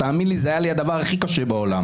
תאמין לי זה היה לי הדבר הכי קשה בעולם.